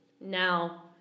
now